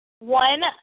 One